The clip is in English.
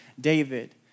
David